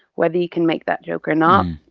whether you can make that joke or not. um